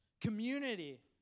Community